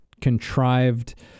contrived